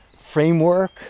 framework